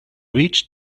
reach